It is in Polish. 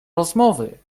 rozmowy